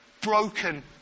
broken